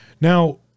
Now